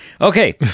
Okay